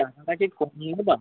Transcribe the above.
টাকাটা কি কমিয়ে দিবা